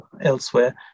elsewhere